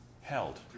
held